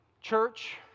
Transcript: Church